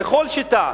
בכל שיטה,